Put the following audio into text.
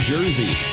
Jersey